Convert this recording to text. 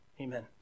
Amen